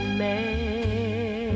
man